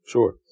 Sure